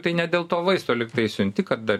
tai ne dėl to vaisto lygtai siunti kad dar